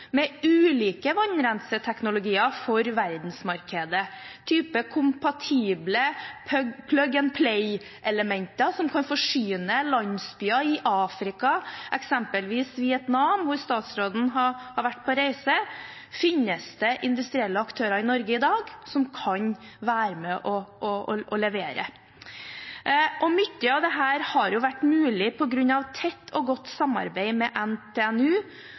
med ulike vannrenseteknologier for verdensmarkedet – type kompatible «plug-and-play»-elementer som kan forsyne landsbyer i Afrika. Eksempelvis til Vietnam, hvor statsråden har vært på reise, finnes det i Norge i dag industrielle aktører som kan være med og levere. Mye av dette har vært mulig på grunn av tett og godt samarbeid med Institutt for vann- og miljøteknikk ved NTNU.